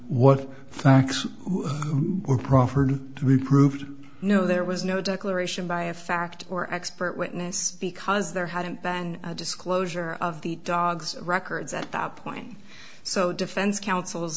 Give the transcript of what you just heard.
what facts were proffered reprove no there was no declaration by a fact or expert witness because there hadn't been a disclosure of the dog's records at that point so the defense counsel